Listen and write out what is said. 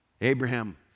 Abraham